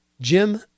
Jim